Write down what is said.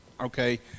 okay